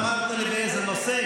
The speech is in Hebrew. פעם אמרת לי באיזה נושא,